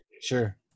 Sure